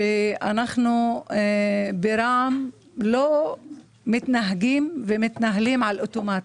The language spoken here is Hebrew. שאנחנו ברע"מ לא מתנהגים ומתנהלים על אוטומט.